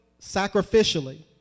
sacrificially